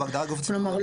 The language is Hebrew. כלומר,